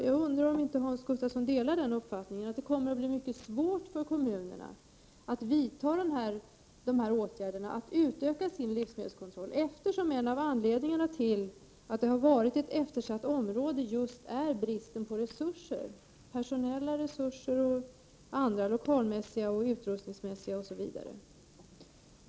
Jag undrar om Hans Gustafsson inte delar uppfattningen att det kommer att bli mycket svårt för kommunerna att vidta dessa åtgärder och öka sin livsmedelskontroll, eftersom en av anledningarna till att det har varit ett eftersatt område just är bristen på resurser — personella, lokalmässiga och utrustningsmässiga.